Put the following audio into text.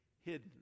hidden